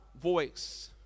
voice